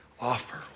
offer